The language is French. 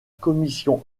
commission